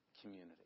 Community